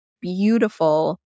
beautiful